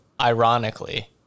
ironically